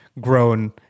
grown